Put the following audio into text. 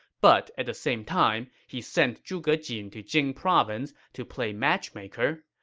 but at the same time, he sent zhuge jin to jing province to play matchmaker.